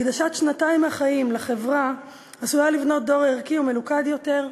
הקדשת שנתיים מהחיים לחברה עשויה לבנות דור ערכי וממוקד יותר,